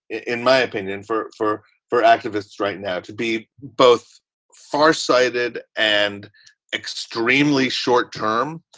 in my opinion, for for for activists right now to be both far sighted and extremely short term,